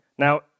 Now